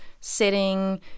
sitting